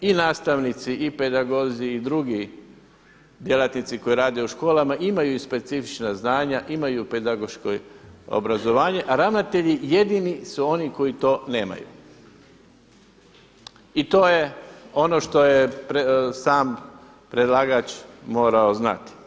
I nastavci i pedagozi i drugi djelatnici koji rade u školama imaju specifična znanja, imaju pedagoško obrazovanje, a ravnatelji su jedini oni koji to nemaju i to je ono što je sam predlagač morao znati.